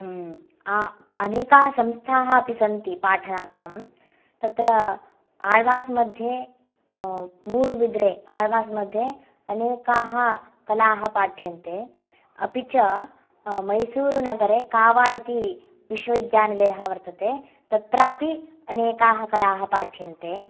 अनेकाः संस्थाः अपि सन्ति पाठनार्थं तत्र आल्वास् मध्ये मूडुबिद्रे आस्वास्मध्ये अनेकाः कलाः पाठ्यन्ते अपि च मैसूरुनगरे कावा इति विश्वविद्यानिलयः वर्तते तत्रापि अनेकाः कलाः पाठ्यन्ते